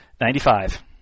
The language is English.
Ninety-five